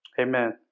amen